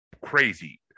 crazy